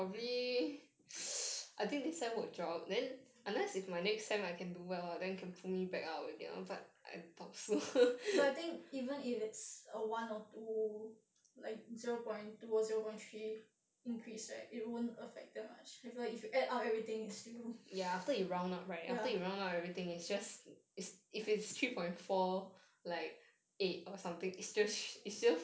but I think even if it's a one or two like zero point two or zero point three increase right it wouldn't affect that much if you add up everything it's still ya